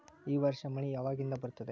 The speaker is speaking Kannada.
ಈ ವರ್ಷ ಮಳಿ ಯಾವಾಗಿನಿಂದ ಬರುತ್ತದೆ?